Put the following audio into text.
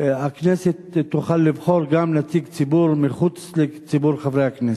שהכנסת תוכל לבחור גם נציג ציבור מחוץ לציבור חברי הכנסת.